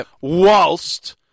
whilst